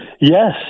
yes